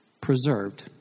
preserved